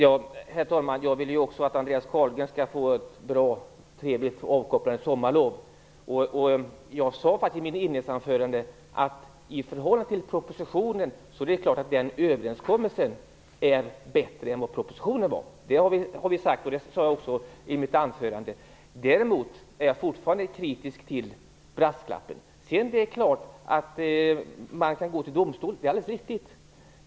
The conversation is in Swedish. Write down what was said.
Herr talman! Jag vill att också Andreas Carlgren skall få ett bra, trevligt och avkopplande sommarlov. Jag sade faktiskt i mitt inledningsanförande att överenskommelsen ändå var bättre än propositionen. Däremot är jag fortfarande kritisk till brasklappen. Det är klart att man kan gå till domstol, det är alldeles riktigt.